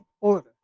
order